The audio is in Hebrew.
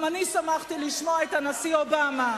גם אני שמחתי לשמוע את הנשיא אובמה.